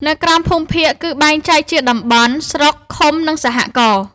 នៅក្រោមភូមិភាគ គឺបែងចែកជា «តំបន់», «ស្រុក», «ឃុំ» និង «សហករណ៍»។